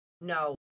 no